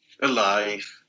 alive